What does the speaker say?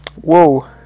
Whoa